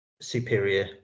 Superior